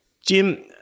Jim